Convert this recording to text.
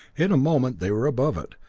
in a moment they were above it,